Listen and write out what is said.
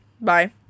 bye